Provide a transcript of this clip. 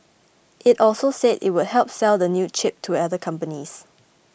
it also said it would sell the new chip to other companies